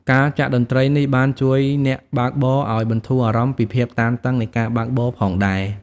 ការចាក់តន្ត្រីនេះបានជួយអ្នកបើកបរឱ្យបន្ធូរអារម្មណ៍ពីភាពតានតឹងនៃការបើកបរផងដែរ។